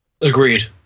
Agreed